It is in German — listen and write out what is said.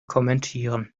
kommentieren